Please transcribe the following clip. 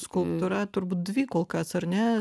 skulptūra turbūt dvi kol kas ar ne